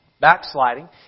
backsliding